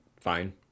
fine